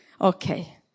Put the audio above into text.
Okay